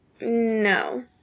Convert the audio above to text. no